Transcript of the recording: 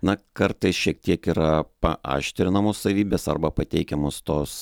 na kartais šiek tiek yra paaštrinamos savybės arba pateikiamos tos